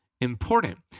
important